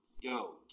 Yo